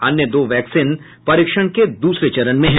अन्य दो वैक्सीन परीक्षण के दूसरे चरण में है